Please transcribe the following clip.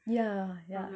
ya ya